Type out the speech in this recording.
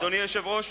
אדוני היושב-ראש,